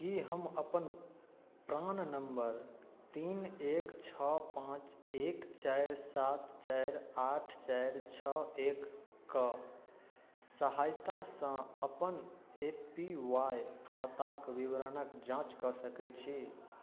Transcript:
कि हम अपन प्राण नम्बर तीन एक छओ पाँच एक चारि सात चारि आठ चारि छओ एकके सहायतासँ अपन ए पी वाइ खाताके विवरणके जाँच कऽ सकै छी